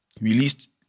Released